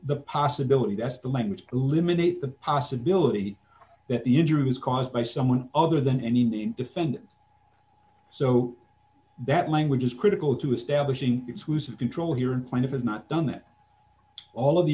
the possibility that's the language limited the possibility that the injury was caused by someone other than anything defend so that language is critical to establishing exclusive control here and point if it's not done that all of the